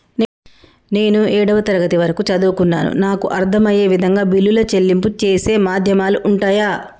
నేను ఏడవ తరగతి వరకు చదువుకున్నాను నాకు అర్దం అయ్యే విధంగా బిల్లుల చెల్లింపు చేసే మాధ్యమాలు ఉంటయా?